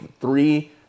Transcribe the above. three